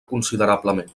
considerablement